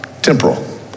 Temporal